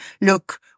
look